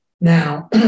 now